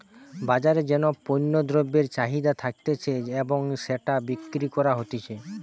বাজারে যেই পণ্য দ্রব্যের চাহিদা থাকতিছে এবং সেটা বিক্রি করা হতিছে